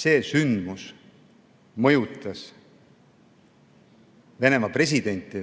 see sündmus mõjutas Venemaa presidenti